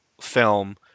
film